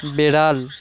বেড়াল